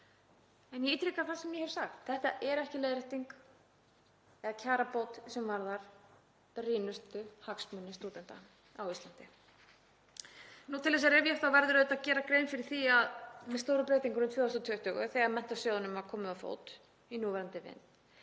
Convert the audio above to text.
En ég ítreka það sem ég hef sagt, þetta er ekki leiðrétting eða kjarabót sem varðar brýnustu hagsmuni stúdenta á Íslandi. Til að rifja upp þá verður auðvitað að gera grein fyrir því að með stóru breytingunum 2020, þegar Menntasjóðnum var komið á fót í núverandi mynd,